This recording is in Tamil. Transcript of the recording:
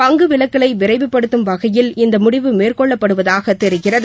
பங்கு விலக்கலை விரைவுப்படுத்தும் வகையில் இந்த முடிவு மேற்கொள்ளப்படுவதாக தெரிகிறது